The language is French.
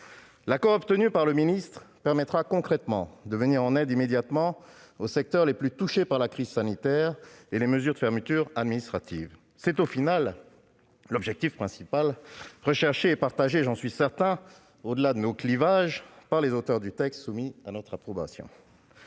L'accord obtenu par le ministre permettra concrètement de venir en aide immédiatement aux secteurs les plus touchés par la crise sanitaire et par les mesures de fermeture administrative. C'est au final l'objectif principal recherché et partagé, j'en suis certain, au-delà de nos clivages, par les auteurs du texte soumis à notre approbation.